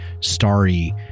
Starry